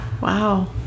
wow